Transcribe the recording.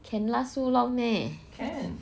can last so long meh